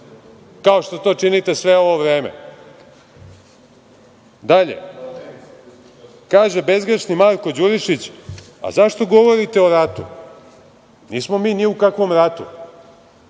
kao što to činite sve ovo vreme. Dalje, kaže bezgrešni Marko Đurišić – zašto govorite o ratu, nismo mi ni u kakvom ratu,